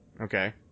Okay